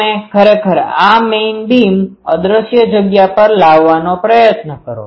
તમે ખરેખર આ મેઈન બીમ અદ્રશ્ય જગ્યા પર લાવવાનો પ્રયત્ન કરો